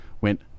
went